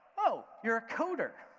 oh, you're a coder,